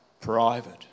private